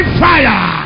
fire